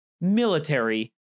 military